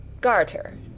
Garter